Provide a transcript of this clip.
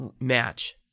match